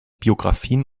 biografien